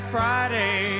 Friday